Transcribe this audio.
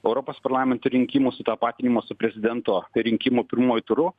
europos parlamento rinkimų sutapatinimo su prezidento rinkimų pirmuoju turu